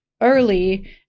early